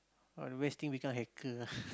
or the best thing become hacker ah